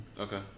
Okay